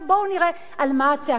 גם עכשיו בואו נראה על מה הצעקה.